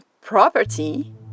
property